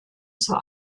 zur